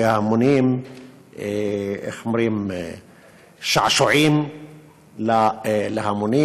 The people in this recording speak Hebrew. של שעשועים להמונים.